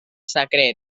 secret